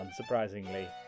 unsurprisingly